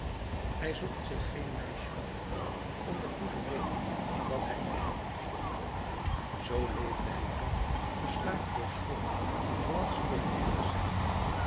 hij zocht zich geen meisje om de goede reden dat hij allen ontvluchtte zoo leefde hij dom besluiteloos voort zooals courfeyrac zei